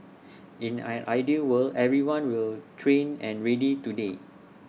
in an ideal world everyone will trained and ready today